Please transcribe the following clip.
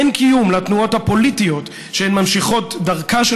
אין קיום לתנועות הפוליטיות שהן ממשיכות דרכה של